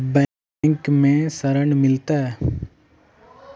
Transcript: Bank में ऋण मिलते?